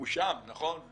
הוא שם, נכון?